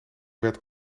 werd